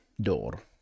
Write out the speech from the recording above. door